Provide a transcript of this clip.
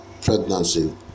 pregnancy